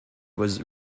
was